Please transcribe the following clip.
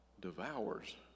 devours